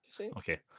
Okay